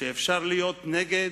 שאפשר להיות נגד,